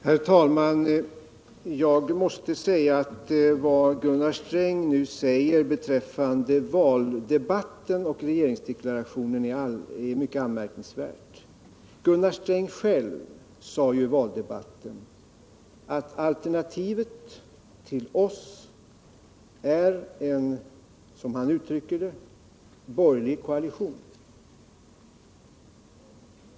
Herr talman! Vad Gunnar Sträng nu säger beträffande valdebatten och regeringsdeklarationen är mycket anmärkningsvärt. Gunnar Sträng själv sade ju i valdebatten att ”alternativet till oss” var en, som han uttryckte det, borgerlig koalition.